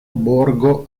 borgo